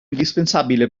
indispensabile